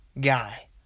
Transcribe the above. guy